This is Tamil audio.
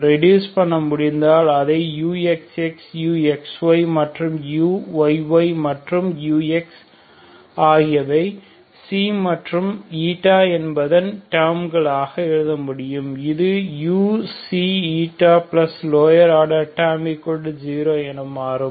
ரெடியூஸ் பண்ண முடிந்தால் அதை uxxuxy மற்றும் uyy மற்றும் ux ஆகியவை மற்றும் என்பதன் டேர்ம்களாக காண முடியும் இது uξη 0 என மாறும்